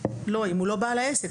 לא, אם הוא לא בעל העסק.